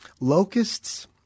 locusts